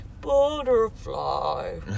Butterfly